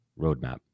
roadmap